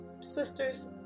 sisters